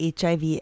HIV